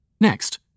Next